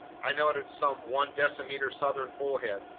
i noted some one-decimeter southern bullhead,